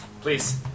Please